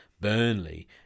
Burnley